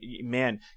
man